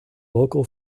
local